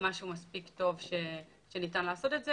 משהו מספיק טוב שניתן לעשותו.